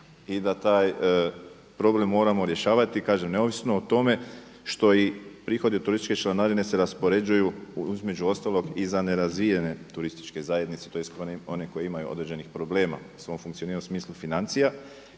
i da taj problem moramo rješavati neovisno o tome što i prihodi od turističke članarine se raspoređuju između ostalog i za nerazvijene turističke zajednice tj. one koje imaju određenih problema u svom funkcioniranju u smislu financija.